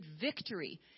victory